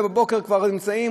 ובבוקר כבר נמצאים,